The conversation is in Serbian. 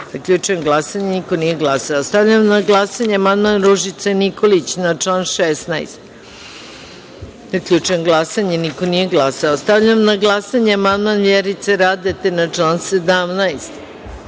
Zaključujem glasanje: niko nije glasao. Stavljam na glasanje amandman Ružice Nikolić na član 16. Zaključujem glasanje: niko nije glasao. Stavljam na glasanje amandman Vjerice Radete na član